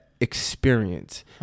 experience